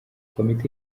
komite